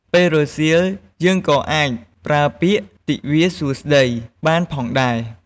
ពេលរសៀល យើងក៏អាចប្រើពាក្យ "ទិវាសួស្តី"បានផងដែរ។